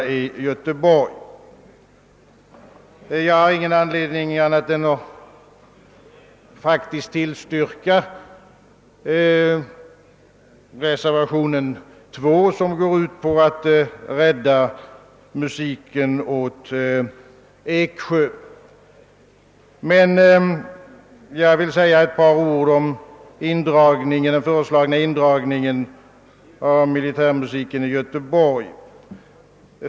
Jag har ingen anledning att här yrka något annat än bifall till reservationen 2, som går ut på att rädda musiken åt Eksjö, men jag vill säga några ord om den föreslagna indragningen av militärmusiken i Göteborg.